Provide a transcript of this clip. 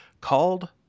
called